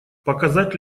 показать